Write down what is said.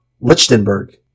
Lichtenberg